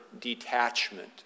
detachment